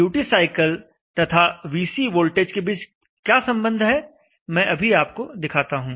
duty cycle तथा Vc voltage के बीच क्या संबंध है मैं अभी आपको दिखाता हूं